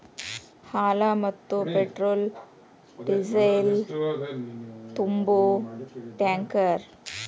ಹಾಲ, ಮತ್ತ petrol diesel ತುಂಬು ಟ್ಯಾಂಕರ್